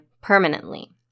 permanently